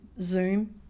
zoom